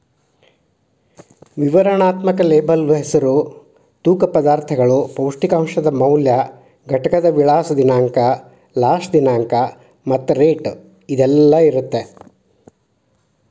ವಿವರಣಾತ್ಮಕ ಲೇಬಲ್ ಹೆಸರು ತೂಕ ಪದಾರ್ಥಗಳು ಪೌಷ್ಟಿಕಾಂಶದ ಮೌಲ್ಯ ಘಟಕದ ವಿಳಾಸ ದಿನಾಂಕ ಲಾಸ್ಟ ದಿನಾಂಕ ಮತ್ತ ರೇಟ್ ಇದೆಲ್ಲಾ ಇರತ್ತ